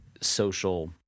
social